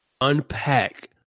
unpack